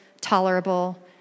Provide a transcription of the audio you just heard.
tolerable